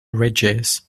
ridges